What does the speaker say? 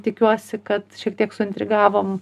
tikiuosi kad šiek tiek suintrigavom